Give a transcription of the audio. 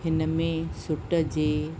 हिनमें सूट जे